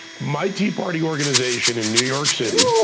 my tea party organization in new york city,